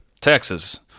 Texas